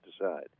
decide